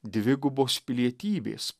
dvigubos pilietybės